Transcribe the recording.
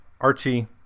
Archie